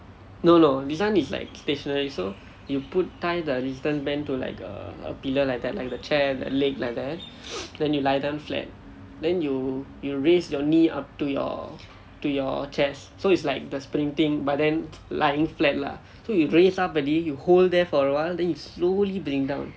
no no this one is like stationery so you put tie the resistance band to like a a pillar like that like the chair leg like that then you lie down flat then you you raise your knee up to your to your chest so it's like the sprinting but then lying flat lah so you raise up already you hold there for awhile then you slowly bring down